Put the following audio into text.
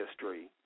history